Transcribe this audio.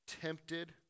tempted